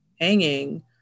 hanging